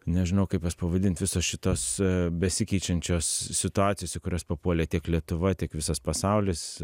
nežinau kaip jas pavadint visos šitos besikeičiančios situacijos į kurias papuolė tiek lietuva tiek visas pasaulis